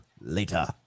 later